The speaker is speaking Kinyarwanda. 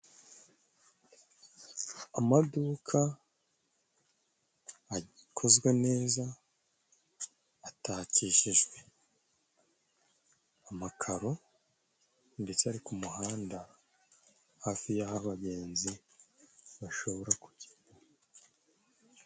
Amaduka akozwe neza atakishijwe amakaro ndetse ari ku muhanda hafi y'aho abagenzi bashobora kugenda.